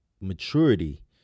maturity